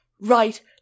right